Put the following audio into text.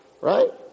Right